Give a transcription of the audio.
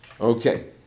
Okay